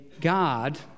god